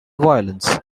violence